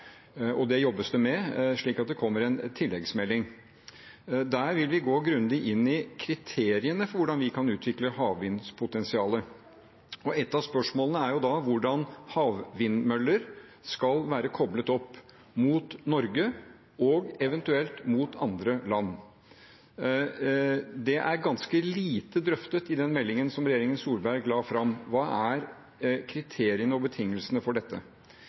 Det jobbes det med, så det kommer en tilleggsmelding. Der vil vi gå grundig inn i kriteriene for hvordan vi kan utvikle havvindpotensialet. Et av spørsmålene er da hvordan havvindmøller skal være koblet opp mot Norge og eventuelt mot andre land. Det er ganske lite drøftet i den meldingen som regjeringen Solberg la fram – hva er kriteriene og betingelsene for dette?